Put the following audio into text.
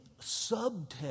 subtext